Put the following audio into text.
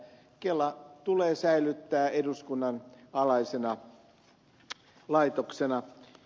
kela tulee säilyttää eduskunnan alaisena laitoksena